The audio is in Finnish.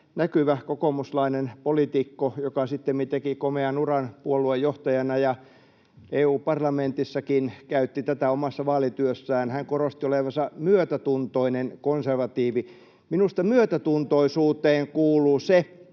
näkyvä kokoomuslainen poliitikko, joka sittemmin teki komean uran puoluejohtajana ja EU-parlamentissakin, käytti tätä omassa vaalityössään. Hän korosti olevansa myötätuntoinen konservatiivi. [Krista Kiuru: Niitä ei ole enää